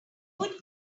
owed